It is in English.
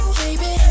baby